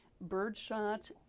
birdshot